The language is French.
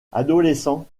adolescent